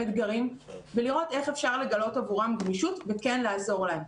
אתגרים ולראות איך אפשר לגלות עבורם גמישות וכן לעזור להם.